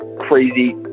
crazy